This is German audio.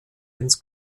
ins